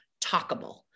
talkable